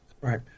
Right